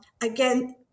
again